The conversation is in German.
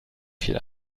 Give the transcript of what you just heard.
viel